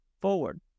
forward